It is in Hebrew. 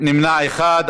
נמנע אחד.